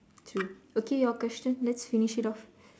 true okay your question let's finish it off